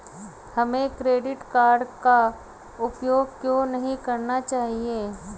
हमें credit card का उपयोग क्यों नहीं करना चाहिए?